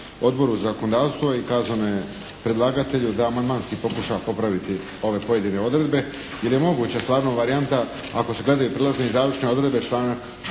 Odboru za zakonodavstvo i kazano je predlagatelju da amandmanski pokuša popraviti ove pojedine odredbe, jer je moguća stvarno varijanta ako se gledaju prijelazne i završne odredbe članak